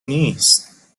نیست